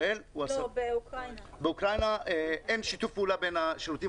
באוקראינה אין שיתוף פעולה בין השירותים